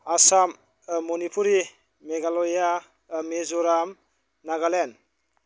Assam Manipur Meghalaya Mizoram Nagaland